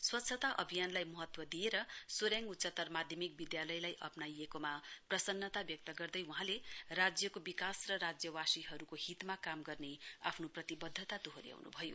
स्वच्छता अभियानलाई महत्व दिएर सोरेङ उच्चत्तर माध्यमिक विद्यालयलाई अप्नाइएकोमा प्रसन्नता व्यक्त गर्दै वहाँले राज्यको विकास र राज्यवासीहरूको हितमा काम गर्ने आफ्नो प्रतिबद्धता दोहो ्याउनु भयो